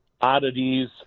oddities